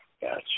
Gotcha